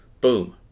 Boom